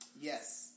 Yes